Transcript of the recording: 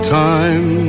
time